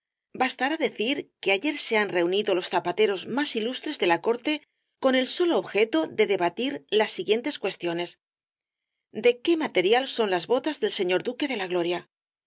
su maravillosa perfección bastará decir que ayer se han reunido los zapateros más ilustres de la corte con el solo objeto de debatir las siguientes cuestiones de qué material son las botas del señor duque de la gloria